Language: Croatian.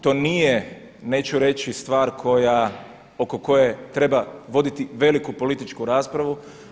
To nije neću reći stvar koja, oko koje treba voditi veliku političku raspravu.